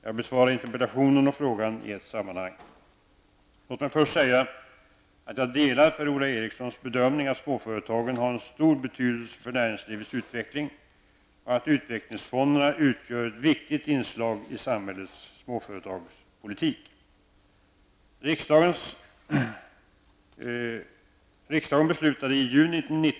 Jag besvarar interpellationen och frågan i ett sammanhang. Låt mig först säga att jag delar Per-Ola Erikssons bedömning att småföretagen har en stor betydelse för näringslivets utveckling och att utvecklingsfonderna utgör ett viktigt inslag i samhällets småföretagspolitik.